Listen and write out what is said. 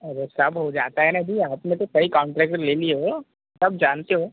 अरे सब हो जाता है ना जी आपने तो कई कॉन्ट्रैक्ट ले लिए हो सब जानते हो